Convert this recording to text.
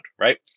right